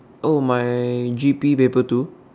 oh my G_P paper two